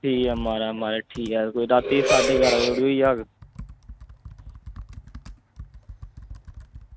ठीक ऐ म्हाराज म्हाराज ठीक ऐ रातीं साढ़े ग्यारहां बजे धोड़ी होई जाह्ग